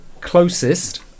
closest